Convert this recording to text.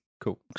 cool